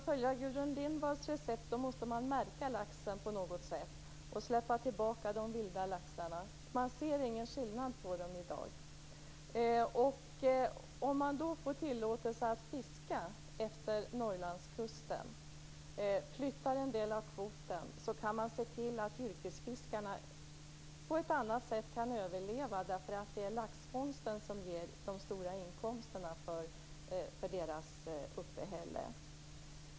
Fru talman! Det är riktigt att man inte kan se någon skillnad på laxen.